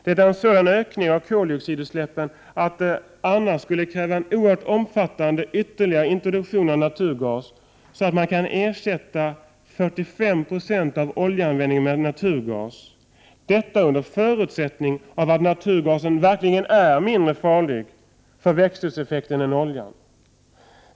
Det är en sådan ökning av koldioxidutsläppen att det skulle kräva en oerhört omfattande ytterligare introduktion av naturgas så att man kan ersätta 45 20 av oljeanvändningen med naturgas, under förutsättning att naturgasen är mindre farlig för växthuseffekten än oljan.